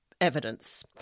evidence